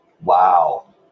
Wow